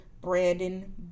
Brandon